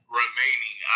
remaining